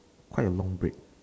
quite a long break